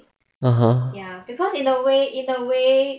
(uh huh)